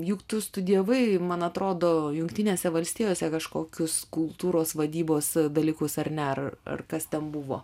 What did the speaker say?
juk tu studijavai man atrodo jungtinėse valstijose kažkokius kultūros vadybos dalykus ar ne ar ar kas ten buvo